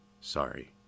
sorry